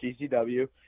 GCW